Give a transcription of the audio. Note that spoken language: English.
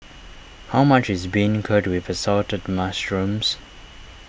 how much is Beancurd with Assorted Mushrooms